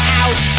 out